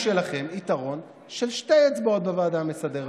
שלכם יתרון של שתי אצבעות בוועדה המסדרת.